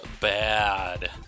bad